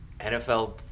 NFL